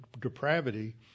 depravity